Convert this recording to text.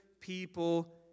people